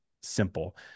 simple